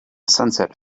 sunset